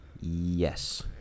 Yes